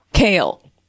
Kale